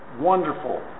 wonderful